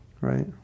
right